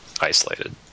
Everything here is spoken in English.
isolated